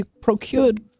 procured